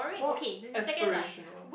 more aspirational